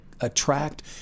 attract